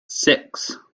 six